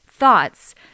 thoughts